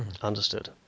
Understood